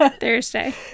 Thursday